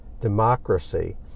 democracy